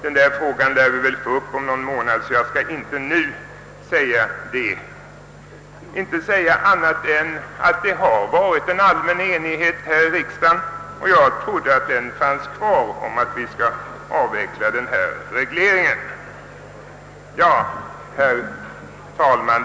Detta problem lär vi få behandla om någon månad, och jag skall därför nu inte säga annat än att det ju rått allmän enighet här i riksdagen om att hyresregleringen skall avvecklas. Jag trodde för min del att denna enighet bestod. Herr talman!